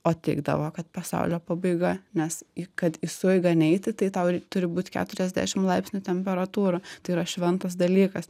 o teigdavo kad pasaulio pabaiga nes kad į sueigą neiti tai tau turi būt keturiasdešim laipsnių temperatūra tai yra šventas dalykas